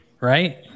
Right